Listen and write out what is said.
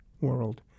world